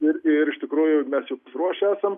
ir ir iš tikrųjų mes jau pasiruošę esam